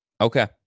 Okay